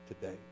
today